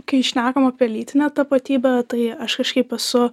kai šnekam apie lytinę tapatybę tai aš kažkaip esu